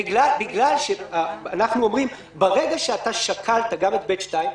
בגלל שאנחנו אומרים: ברגע שאתה שקלת גם את (ב2),